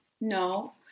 No